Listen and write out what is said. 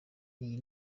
iyi